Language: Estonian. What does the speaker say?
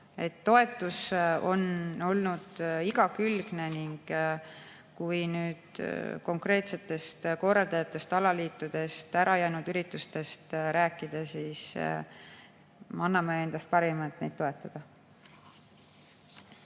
toetus on olnud igakülgne. Ja kui nüüd konkreetsetest korraldajatest, alaliitudest, ärajäänud üritustest rääkida, siis ütlen, et me anname endast parima, et neid toetada.